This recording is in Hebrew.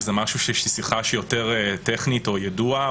האם זו שיחה יותר טכנית או יידוע,